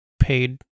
paid